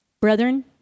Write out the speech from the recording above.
Brethren